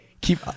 keep